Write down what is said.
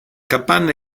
capanna